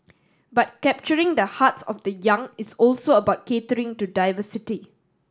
but capturing the hearts of the young is also about catering to diversity